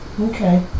Okay